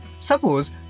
Suppose